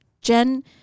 Jen